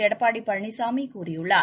எடப்பாடி பழனிசாமி கூறியுள்ளார்